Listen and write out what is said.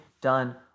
done